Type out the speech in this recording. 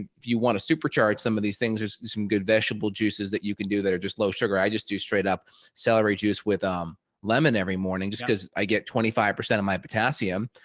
if you want to supercharge some of these things, there's some good vegetable juices that you can do that are just low sugar. i just do straight up celery juice with um lemon every morning just because i get twenty five percent of my potassium,